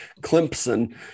Clemson